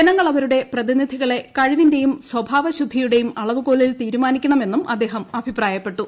ജനങ്ങൾ അവരുടെ പ്രതിനിധികളെ കഴിവിന്റേയും സ്വഭാവ ശുദ്ധിയുടേയും അളവുകോലിൽ തീരുമാനിക്കണമെന്നും അദ്ദേഹം അഭിപ്രായപ്പെട്ടു